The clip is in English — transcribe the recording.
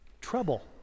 trouble